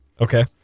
okay